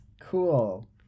Cool